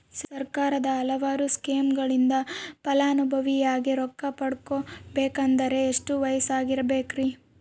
ಸರ್ಕಾರದ ಹಲವಾರು ಸ್ಕೇಮುಗಳಿಂದ ಫಲಾನುಭವಿಯಾಗಿ ರೊಕ್ಕ ಪಡಕೊಬೇಕಂದರೆ ಎಷ್ಟು ವಯಸ್ಸಿರಬೇಕ್ರಿ?